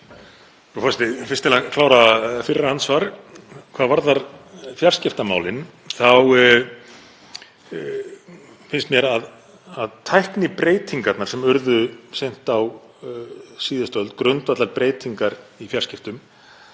Í fyrsta lagi, til að klára fyrra andsvar hvað varðar fjarskiptamálin, þá finnst mér að tæknibreytingarnar sem urðu seint á síðustu öld, grundvallarbreytingar í fjarskiptum,